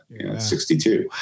62